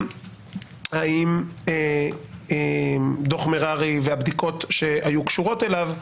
האם דוח מררי והבדיקות שהיו קשורות אליו,